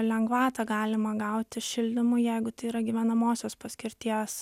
lengvatą galima gauti šildymui jeigu tai yra gyvenamosios paskirties